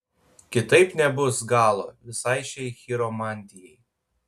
kitaip nebus galo visai šiai chiromantijai